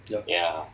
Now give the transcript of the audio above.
yup